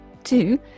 Two